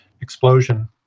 explosion